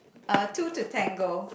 uh two to tango